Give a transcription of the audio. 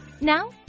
Now